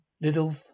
little